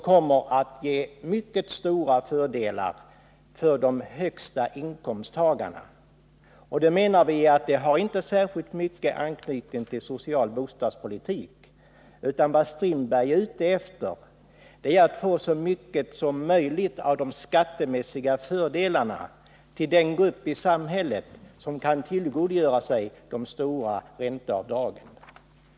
Den ger mycket stora fördelar för de högsta inkomsttagarna, och det menar vi inte har någon särskilt stark anknytning till social bostadspolitik. Vad Per-Olof Strindberg är ute efter är att få så mycket som möjligt av skattemässiga fördelar till den grupp i samhället som kan tillgodogöra sig de stora ränteavdragen.